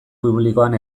publikoan